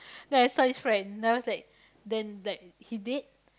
then I saw his friend then I was like then like he dead